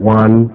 one